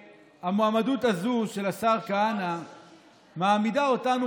המועמדות הזו של השר כהנא מעמידה אותנו,